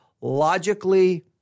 logically